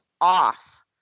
off